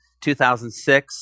2006